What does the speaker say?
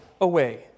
away